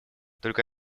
только